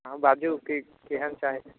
अहाँ बाजू की केहन चाही